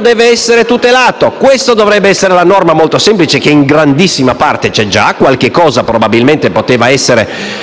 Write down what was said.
deve essere tutelato. Questa dovrebbe essere la norma, molto semplice, che in grandissima parte già esiste; qualcosa probabilmente poteva essere